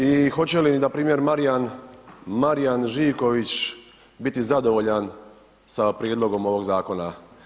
I hoće li npr. Marijan Živković biti zadovoljan sa prijedlogom ovoga zakona?